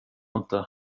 inte